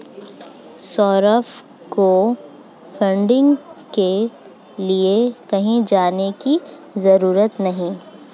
सौरभ को फंडिंग के लिए कहीं जाने की जरूरत नहीं है